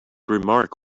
remark